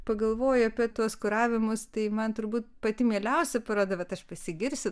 pagalvoji apie tuos kuravimus tai man turbūt pati mieliausia paroda bet aš pasigirsiu